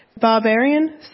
barbarian